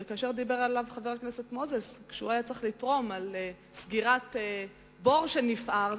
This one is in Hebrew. כאשר אמר חבר הכנסת מוזס שהוא היה צריך לתרום לסגירת בור שנפער,